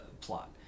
plot